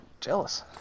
Jealous